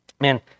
man